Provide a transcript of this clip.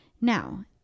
Now